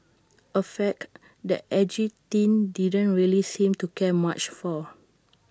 A fact that edgy teen didn't really seem to care much for